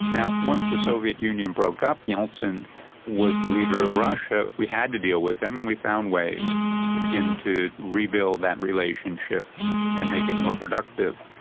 once the soviet union broke up, yeltsin was the leader of russia, we had to deal with him and we found ways to begin to rebuild that relationship and make it more productive.